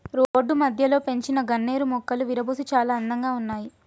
road మధ్యలో పెంచిన గన్నేరు మొక్కలు విరగబూసి చాలా అందంగా ఉన్నాయి